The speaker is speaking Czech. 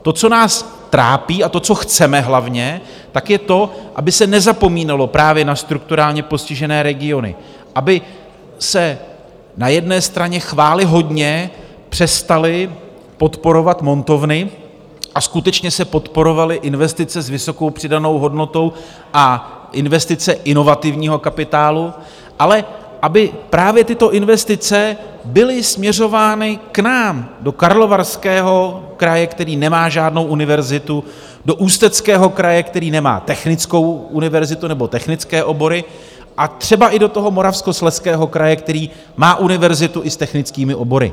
To, co nás trápí, a to, co chceme hlavně, je to, aby se nezapomínalo právě na strukturálně postižené regiony, aby se na jedné straně chvályhodně přestaly podporovat montovny a skutečně se podporovaly investice s vysokou přidanou hodnotou a investice inovativního kapitálu, ale aby právě tyto investice byly směřovány k nám do Karlovarského kraje, který nemá žádnou univerzitu, do Ústeckého kraje, který nemá technickou univerzitu nebo technické obory, a třeba i do Moravskoslezského kraje, který má univerzitu i s technickými obory.